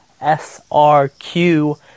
S-R-Q